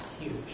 huge